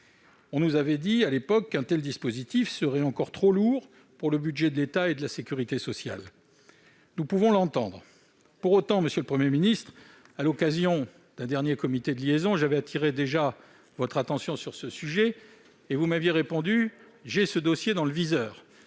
On nous avait répondu à l'époque qu'un tel dispositif serait encore trop lourd pour le budget de l'État et de la sécurité sociale. Nous pouvons l'entendre. Pour autant, monsieur le Premier ministre, à l'occasion de l'un des derniers comités de contrôle et de liaison, j'avais déjà attiré votre attention sur ce sujet et vous m'aviez répondu que vous aviez ce dossier dans le viseur.